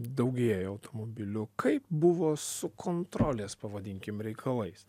daugėjo automobilių kaip buvo su kontrolės pavadinkim reikalais